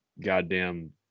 goddamn